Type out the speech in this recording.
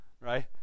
Right